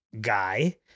guy